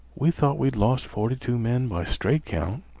we thought we'd lost forty-two men by straight count,